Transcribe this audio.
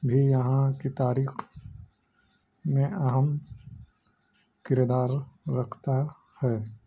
بھی یہاں کی تاریخ میں اہم کردار رکھتا ہے